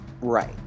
Right